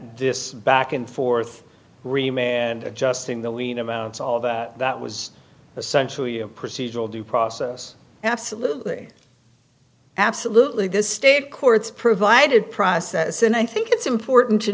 this back and forth remain and adjusting the lien amounts all that was essentially a procedural due process absolutely absolutely the state courts provided process and i think it's important to